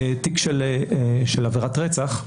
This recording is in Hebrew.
תיק של עבירת רצח,